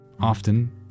often